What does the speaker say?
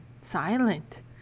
silent